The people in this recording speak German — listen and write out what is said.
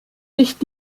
nicht